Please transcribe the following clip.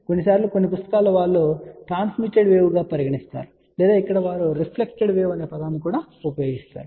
కొన్నిసార్లు కొన్ని పుస్తకాలలో వారు దీనిని ట్రాన్స్మిటెడ్ వేవ్ గా పరిగణిస్తారు లేదా ఇక్కడ వారు రిఫ్లెక్టెడ్ వేవ్ అనే పదాన్ని ఉపయోగిస్తారు